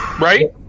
Right